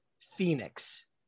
Phoenix